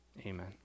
Amen